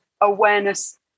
awareness